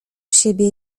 siebie